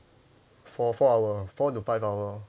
for four hour four to five hour